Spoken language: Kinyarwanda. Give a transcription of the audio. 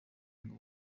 ngo